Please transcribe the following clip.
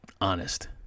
honest